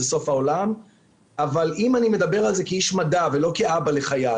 אבל אם אני מדבר על זה כאיש מדע ולא כאבא לחייל,